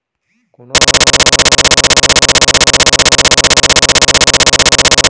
कोनो ला पइसा भेजथन अऊ वोकर ह गलत एकाउंट में चले जथे त का करे ला पड़थे?